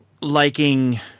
Liking